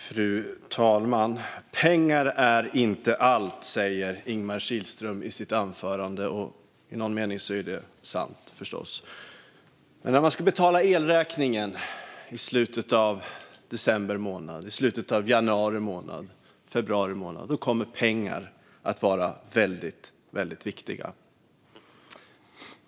Fru talman! Pengar är inte allt, säger Ingemar Kihlström i sitt anförande, och i någon mening är det förstås sant. Men när man ska betala elräkningen i slutet av december månad, januari månad eller februari månad kommer pengar att vara väldigt viktiga.